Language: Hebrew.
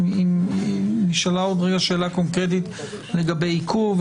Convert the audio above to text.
נשאלה עוד שאלה קונקרטית לגבי עיכוב,